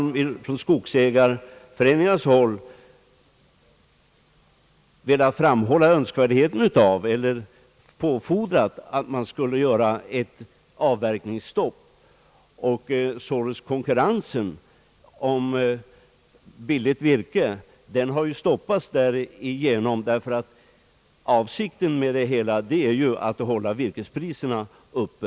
Från skogsägarföreningarna har man tvärtom påfordrat ett avverkningsstopp. Konkurrensen om billigt virke stoppas därigenom. Avsikten med den åtgärden är ju att man vill hålla virkespriserna uppe.